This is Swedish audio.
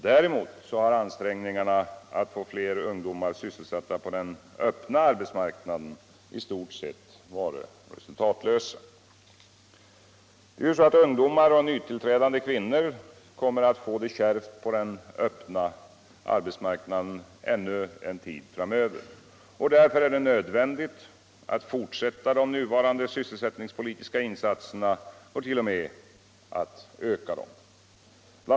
Däremot har ansträngningarna att få fler ungdomar sysselsatta på den öppna arbetsmarknaden i stort sett varit resultatlösa. Ungdomar och nytillträdande kvinnor kommer att få det kärvt på den öppna arbetsmarknaden ännu en tid framöver. Därför är det nödvändigt att fortsätta de nuvarande sysselsättningspolitiska insatserna och t. o, m, att öka dem. BI.